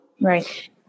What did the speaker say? Right